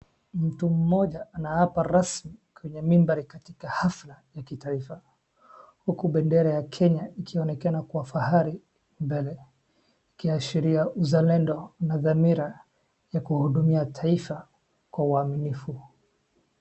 Mtu mmoja anaapa rasmi kwenye mandhari katika hafla ya kitaifa, huku bendera ya kenya ikionekana kwa fahari mbele, ikiashiria uzalendo na dhamira ya kuhudumia taifa kwa uaminifu.